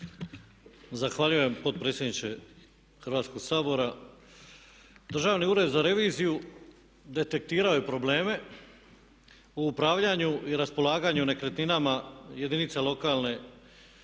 Zahvaljujem potpredsjedniče Hrvatskog sabora. Državni ured za reviziju detektirao je probleme o upravljanju i raspolaganju nekretninama jedinica lokalne